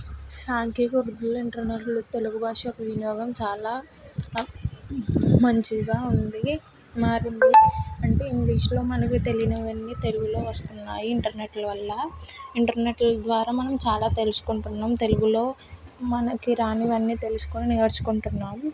సాంకేతికత వృద్దిలో ఇంటర్నెట్లు తెలుగు భాషకు వినియోగం చాలా మంచిగా ఉంది మరి అంటే ఇంగ్లీషులో మనకి తెలియని అన్నీ తెలుగులో వస్తున్నాయి ఇంటర్నెట్ల వల్ల ఇంటర్నెట్ల ద్వారా మనం చాలా తెలుసుకుంటున్నాం తెలుగులో మనకి రానివి అన్నీ తెలుసుకొని నేర్చుకుంటున్నాం